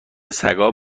سگا